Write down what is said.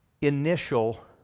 initial